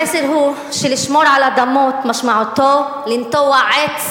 המסר הוא שלשמור על אדמות, משמעותו לנטוע עץ